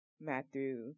Matthew